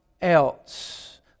else